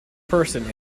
person